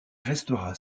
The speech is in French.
restera